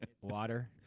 water